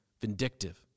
vindictive